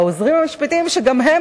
שגם הם,